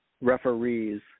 referees